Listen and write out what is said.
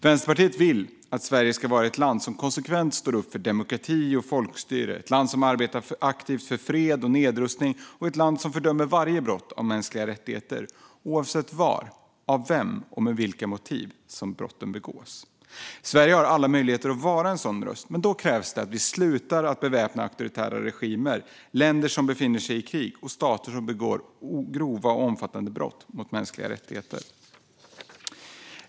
Vänsterpartiet vill att Sverige ska vara ett land som konsekvent står upp för demokrati och folkstyre, ett land som arbetar aktivt för fred och nedrustning och ett land som fördömer varje brott mot de mänskliga rättigheterna, oavsett var, av vem eller med vilka motiv som brotten begås. Sverige har alla möjligheter att vara en sådan röst, men då krävs det att vi slutar att beväpna auktoritära regimer, länder som befinner sig i krig och stater som begår grova och omfattande brott mot mänskliga rättigheter.